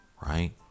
Right